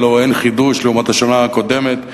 הלוא אין חידוש לעומת השנה הקודמת,